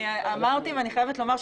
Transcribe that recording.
כי התנאים לא מאפשרים את זה,